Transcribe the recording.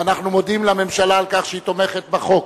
אנחנו מודים לממשלה על כך שהיא תומכת בחוק.